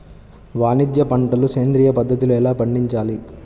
వాణిజ్య పంటలు సేంద్రియ పద్ధతిలో ఎలా పండించాలి?